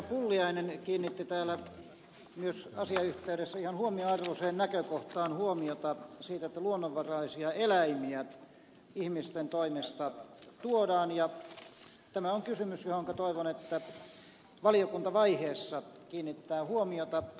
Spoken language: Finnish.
pulliainen kiinnitti täällä myös asian yhteydessä ihan huomionarvoiseen näkökohtaan huomiota siihen että luonnonvaraisia eläimiä ihmisten toimesta tuodaan ja tämä on kysymys johonka toivon että valiokuntavaiheessa kiinnitetään huomiota